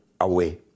away